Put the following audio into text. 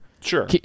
Sure